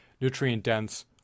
nutrient-dense